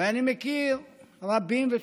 ואני מכיר רבים וטובים.